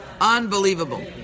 Unbelievable